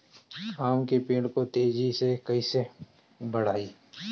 आम के पेड़ को तेजी से कईसे बढ़ाई?